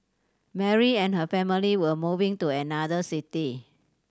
Mary and her family were moving to another city